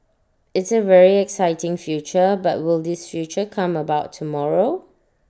it's A very exciting future but will this future come about tomorrow